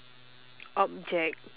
object